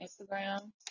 Instagram